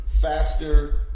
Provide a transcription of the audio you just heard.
faster